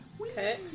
Okay